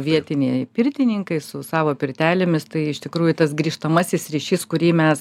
vietiniai pirtininkai su savo pirtelėmis tai iš tikrųjų tas grįžtamasis ryšys kurį mes